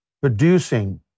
producing